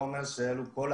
מבורך.